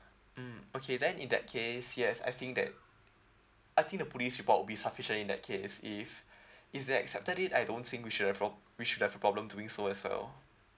mm okay then in that case yes I think that I think the police report will be sufficient in that case if if they accepted it I don't think we should have prob~ we should have a problem doing so as well